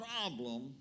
problem